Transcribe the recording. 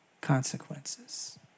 consequences